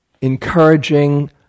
encouraging